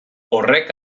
horrek